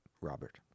Robert